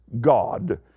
God